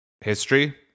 history